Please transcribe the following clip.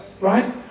Right